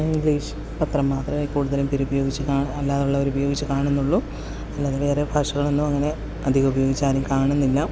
English പത്രം മാത്രമേ കൂടുതലും പേർ ഉപയോഗിച്ച് അല്ലാതെ ഉള്ളവർ ഉപയോഗിച്ച് കാണുന്നുള്ളൂ അല്ലാതെ വേറെ ഭാഷകളൊന്നും അങ്ങനെ അധികം ഉപയോഗിച്ച് ആരും കാണുന്നില്ല